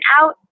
out